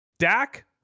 Dak